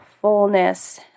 fullness